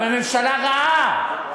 אבל ממשלה רעה,